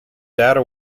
data